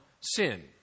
sin